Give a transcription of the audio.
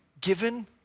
given